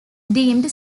deemed